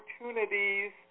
opportunities